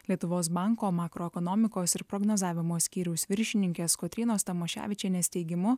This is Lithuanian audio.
lietuvos banko makroekonomikos ir prognozavimo skyriaus viršininkės kotrynos tomaševičienės teigimu